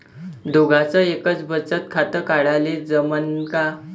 दोघाच एकच बचत खातं काढाले जमनं का?